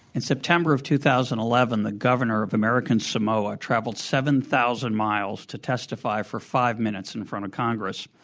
in september of two thousand and eleven, the governor of american samoa traveled seven thousand miles to testify for five minutes in front of congress.